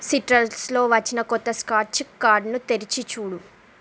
సిట్రస్లో వచ్చిన కొత్త స్క్రాచ్ కార్డుని తెరచిచూడు